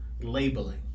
labeling